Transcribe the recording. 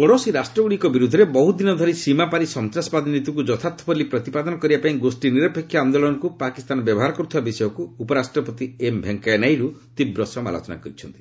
ପଡ଼ୋଶୀ ରାଷ୍ଟ୍ରଗୁଡ଼ିକ ବିରୁଦ୍ଧରେ ବହୁଦିନ ଧରି ସୀମାପାରି ସନ୍ତାସବାଦ ନୀତିକୁ ଯଥାର୍ଥ ବୋଲି ପ୍ରତିପାଦନ କରିବା ପାଇଁ ଗୋଷୀ ନିରପେକ୍ଷ ଆନ୍ଦୋଳନକୁ ପାକିସ୍ତାନ ବ୍ୟବହାର କରୁଥିବା ବିଷୟକୁ ଉପରାଷ୍ଟ୍ରପତି ଏମ୍ ଭେଙ୍କୟା ନାଇଡୁ ତୀବ୍ର ସମାଲୋଚନା କରିଛନ୍ତି